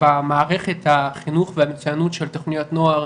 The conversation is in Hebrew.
שבמערכת החינוך והמצוינות של תוכניות נוער